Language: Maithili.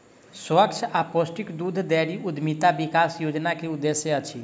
स्वच्छ आ पौष्टिक दूध डेयरी उद्यमिता विकास योजना के उद्देश्य अछि